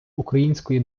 української